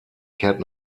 kehrt